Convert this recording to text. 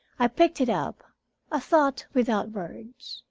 i picked it up a thought without words.